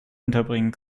unterbringen